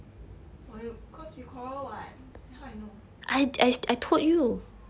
or you cause we quarrel what then how I know